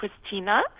Christina